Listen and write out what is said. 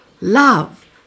love